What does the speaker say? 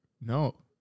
No